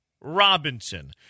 Robinson